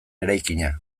eraikina